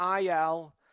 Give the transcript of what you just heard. IL